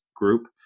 group